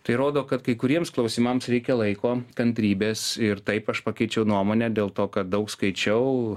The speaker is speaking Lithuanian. tai rodo kad kai kuriems klausimams reikia laiko kantrybės ir taip aš pakeičiau nuomonę dėl to kad daug skaičiau